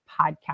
podcast